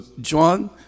John